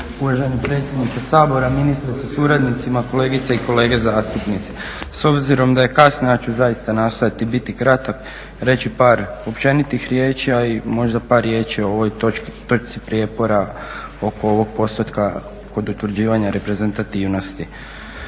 Uvaženi predsjedniče Sabora, ministre sa suradnicima, kolegice i kolege zastupnici. S obzirom da je kasno, ja ću zaista nastojati biti kratak, reći par općenitih riječi a i možda par riječi o ovoj točki, točci prijepora oko ovog postotka kod utvrđivanja reprezentativnosti.